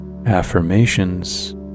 Affirmations